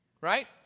Right